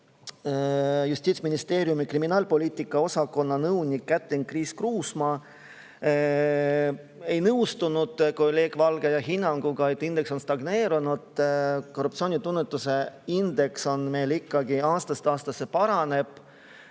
Justiitsministeeriumi kriminaalpoliitika osakonna nõunik Kätlin-Chris Kruusmaa ei nõustunud kolleeg Valge hinnanguga, et indeks on stagneerunud. Korruptsiooni tunnetuse indeks meil ikkagi aastast aastasse paraneb.